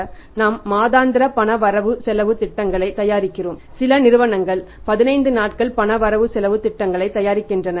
பொதுவாக நாம் மாதாந்திர பண வரவு செலவுத் திட்டங்களைத் தயாரிக்கிறோம் சில நிறுவனங்கள் பதினைந்து நாட்கள் பண வரவு செலவுத் திட்டங்களைத் தயாரிக்கின்றன